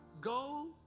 go